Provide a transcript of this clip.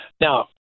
Now